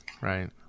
Right